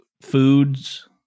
foods